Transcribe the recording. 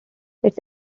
its